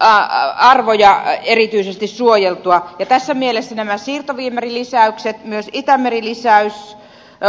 aa on luja erityisesti suojeltua tässä mielessä nämä siirtoviemärilisäykset myös itämeri lisäys